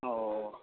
oh